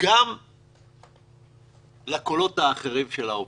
גם לקולות האחרים של האופוזיציה.